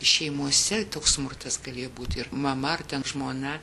šeimose toks smurtas galėjo būti ir mama ar ten žmona